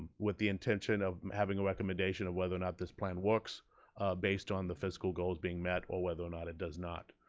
ah with the intention of having a recommendation of whether or not this plan works based on the fiscal goals being met, or whether or not it does not